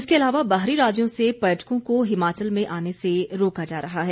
इसके अलावा बाहरी राज्यों से पर्यटकों को हिमाचल में आने से रोका जा रहा है